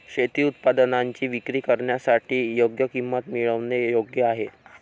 शेती उत्पादनांची विक्री करण्यासाठी योग्य किंमत मिळवणे योग्य आहे